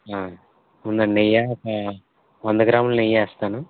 ఉందండి నెయ్యా ఒక వంద గ్రాముల నెయ్యేస్తాను